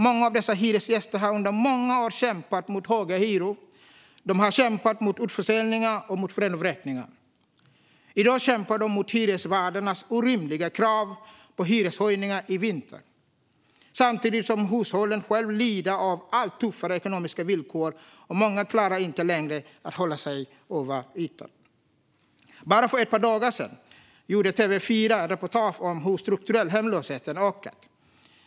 Många av dessa hyresgäster har under många år kämpat mot höga hyror. De har kämpat mot utförsäljningar och renovräkningar. I dag kämpar de mot hyresvärdarnas orimliga krav på hyreshöjningar i vinter, samtidigt som hushållen själva lider av allt tuffare ekonomiska villkor och många inte längre klarar att hålla sig över ytan. Bara för ett par dagar sedan gjorde TV4 ett reportage om hur strukturell hemlöshet har ökat.